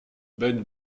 ben